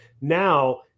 now